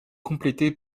complétée